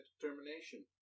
determination